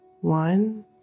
one